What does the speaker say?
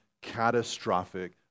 catastrophic